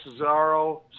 Cesaro